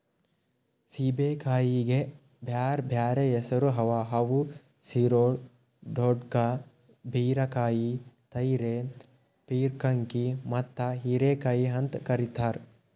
ಸೇಬೆಕಾಯಿಗ್ ಬ್ಯಾರೆ ಬ್ಯಾರೆ ಹೆಸುರ್ ಅವಾ ಅವು ಸಿರೊಳ್, ದೊಡ್ಕಾ, ಬೀರಕಾಯಿ, ತುರೈ, ಪೀರ್ಕಂಕಿ ಮತ್ತ ಹೀರೆಕಾಯಿ ಅಂತ್ ಕರಿತಾರ್